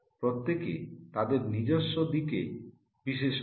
প্রত্যেকে তাদের নিজস্ব দিকে বিশেষজ্ঞ